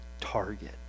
target